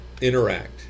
interact